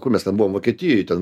kur mes ten buvom vokietijoj ten